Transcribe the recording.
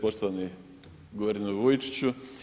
Poštovani guverneru Vujčiću.